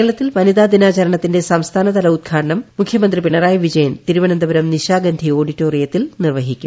കേരളത്തിൽ വനിതാ ദിനാചരണത്തിന്റെ സംസ്ഥാനതല ഉദ്ഘാടനം മുഖ്യമന്ത്രി പിണറായി വിജയൻ തിരുവനന്തപുരം നിശാഗന്ധി ഓഡിറ്റോറിയത്തിൽ നിർവ്വഹിക്കും